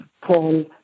Paul